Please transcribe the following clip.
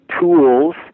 tools